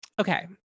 okay